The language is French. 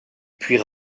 puis